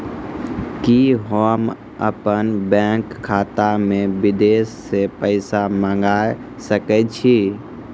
कि होम अपन बैंक खाता मे विदेश से पैसा मंगाय सकै छी?